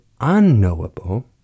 unknowable